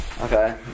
Okay